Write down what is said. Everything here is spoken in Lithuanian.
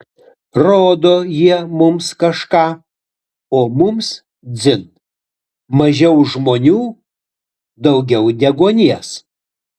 rodo jie mums kažką o mums dzin mažiau žmonių daugiau deguonies